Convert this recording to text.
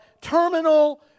terminal